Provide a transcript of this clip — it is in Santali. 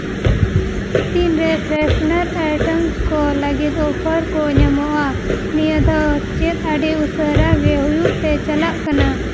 ᱛᱤᱱ ᱨᱮ ᱯᱷᱨᱮᱥᱱᱮᱨ ᱟᱭᱴᱮᱢᱥ ᱠᱚ ᱞᱟᱹᱜᱤᱫ ᱚᱯᱷᱟᱨ ᱠᱚ ᱧᱟᱢᱚᱜᱼᱟ ᱱᱤᱭᱟᱹ ᱫᱚ ᱪᱮᱫ ᱟᱹᱰᱤ ᱩᱥᱟᱹᱨᱟᱜᱮ ᱦᱩᱭᱩᱜᱼᱛᱮ ᱪᱟᱞᱟᱜ ᱠᱟᱱᱟ